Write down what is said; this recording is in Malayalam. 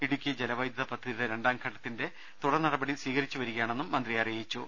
ഇടുക്കി ജലവൈദ്യുത പദ്ധതിയുടെ രണ്ടാഘട്ടത്തിന്റെ തുടർ നടപടി സ്വീകരിച്ചുവരികയാണെന്നും മന്ത്രി അറിയിച്ചു